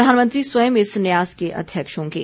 प्रधानमंत्री स्वयं इस न्यास के अध्यक्ष होंगे